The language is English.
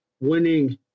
winning